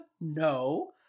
no